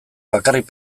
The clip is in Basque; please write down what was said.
bakarrik